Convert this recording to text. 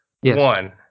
One